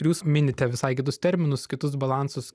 ir jūs minite visai kitus terminus kitus balansus